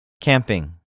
Camping